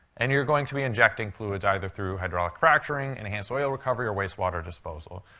and you're going to be injecting fluids, either through hydraulic fracturing, enhanced oil recovery, or wastewater disposal.